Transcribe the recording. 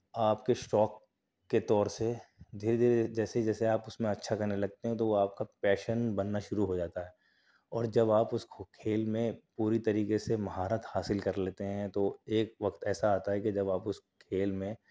آپ کے شوق کے طور سے دھیرے دھیرے جیسے جیسے آپ اس میں اچھا کرنے لگتے ہیں تو وہ آپ کا پیشن بننا شروع ہو جاتا ہے اور جب آپ اس کو کھیل میں پوری طریقے سے مہارت حاصل کر لیتے ہیں تو ایک وقت ایسا آتا ہے کہ جب آپ اس کھیل میں